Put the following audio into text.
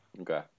Okay